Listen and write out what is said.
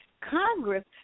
Congress